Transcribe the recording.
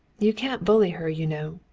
you can't bully her, you know.